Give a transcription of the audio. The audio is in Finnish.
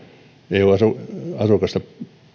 eu asukasta